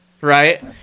Right